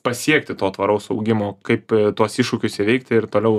pasiekti to tvaraus augimo kaip tuos iššūkius įveikti ir toliau